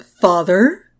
father